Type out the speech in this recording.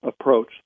approach